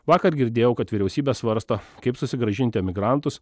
vakar girdėjau kad vyriausybė svarsto kaip susigrąžinti emigrantus